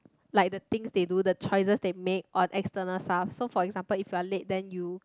like the things the do the choices they make or external stuff so for example if you're late then you